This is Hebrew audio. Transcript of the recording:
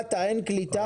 מפת אזורים ללא קליטה?